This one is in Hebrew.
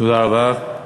תודה רבה.